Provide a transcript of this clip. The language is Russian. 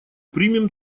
примем